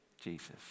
Jesus